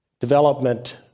development